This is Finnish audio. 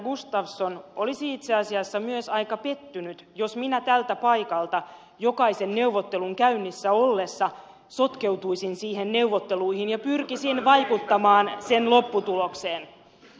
gustafsson olisi itse asiassa myös aika pettynyt jos minä tältä paikalta jokaisen neuvottelun käynnissä ollessa sotkeutuisin niihin neuvotteluihin ja pyrkisin vaikuttamaan niiden lopputulokseen